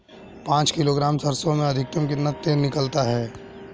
पाँच किलोग्राम सरसों में अधिकतम कितना तेल निकलता है?